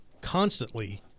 constantly